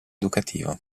educativo